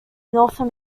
northern